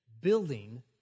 building